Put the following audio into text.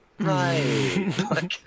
right